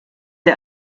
der